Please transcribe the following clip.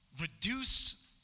reduce